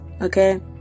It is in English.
okay